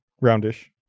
Roundish